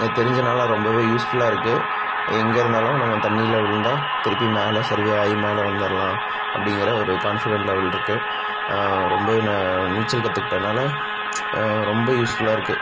இது தெரிஞ்சனால் ரொம்பவே யூஸ்ஃபுல்லாக இருக்குது எங்கே இருந்தாலும் நம்ம தண்ணியில் உழுந்தா திருப்பி மேலே சர்வே ஆகி மேலே வந்தடலாம் அப்படிங்கிற ஒரு கான்ஃபிடென் லெவல் இருக்குது ரொம்பவே நான் நீச்சல் கற்றுக்கிட்டதுனால ரொம்ப யூஸ்ஃபுல்லாக இருக்குது